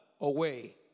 away